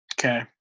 okay